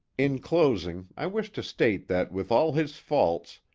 in closing, i wish to state that with all his faults,